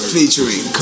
Featuring